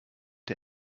der